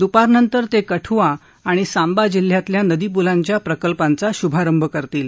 दुपारनंतर ते कठुआ आणि सांबा जिल्ह्यातल्या नदीपुलांच्या प्रकल्पांचा शुमारंभ करतील